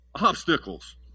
obstacles